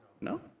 No